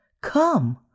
Come